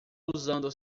usando